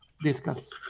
discuss